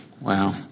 Wow